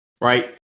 Right